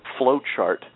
flowchart